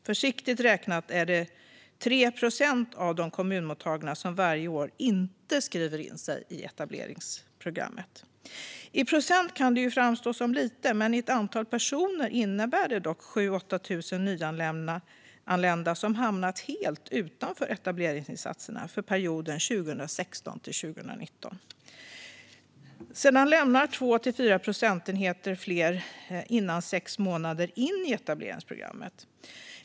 Försiktigt räknat är det 3 procent av de kommunmottagna som varje år inte skriver in sig i etableringsprogrammet. I procent kan det framstå som lite, men i antal personer innebär det dock 7 000-8 000 nyanlända som har hamnat helt utanför etableringsinsatserna för perioden 2016-2019. Innan det har gått sex månader in i etableringsprogrammet lämnar 2-4 procent programmet.